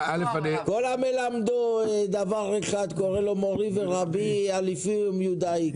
כל המלמדו דבר אחד קורא לו מורי ורבי אליפי ומיודעי.